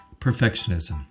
Perfectionism